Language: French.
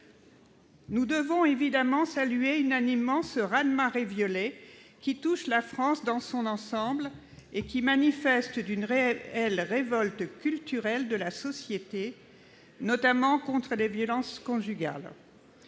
Nous devons évidemment saluer unanimement ce raz-de-marée violet qui touche la France dans son ensemble et qui manifeste une réelle révolte culturelle de la société, notamment contre les violences conjugales.